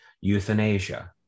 Euthanasia